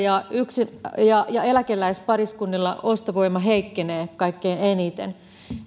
ja ja eläkeläispariskunnilla ostovoima heikkenee kaikkein eniten